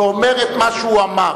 ואומר את מה שהוא אמר.